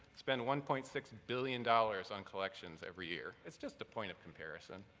spend one point six billion dollars on collections every year. it's just a point of comparison,